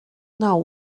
now